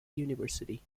university